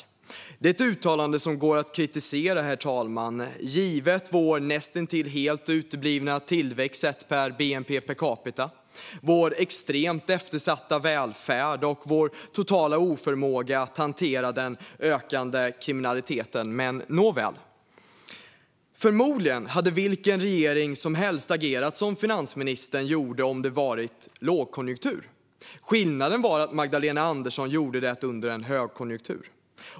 Det är ett uttalande som går att kritisera, givet vår näst intill helt uteblivna tillväxt sett till bnp per capita, vår extremt eftersatta välfärd och vår totala oförmåga att hantera den ökande kriminaliteten, men nåväl. Förmodligen hade vilken regering som helst agerat som finansministern gjorde om det varit lågkonjunktur. Skillnaden var att Magdalena Andersson gjorde det under en högkonjunktur.